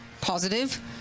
positive